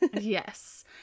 Yes